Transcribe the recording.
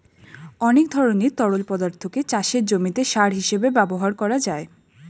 অনেক ধরনের তরল পদার্থকে চাষের জমিতে সার হিসেবে ব্যবহার করা যায়